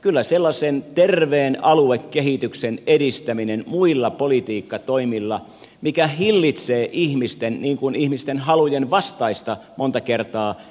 kyllä sellaisen terveen aluekehityksen edistämisellä muilla politiikkatoimilla mikä hillitsee monta kertaa ihmisten halujen vastaista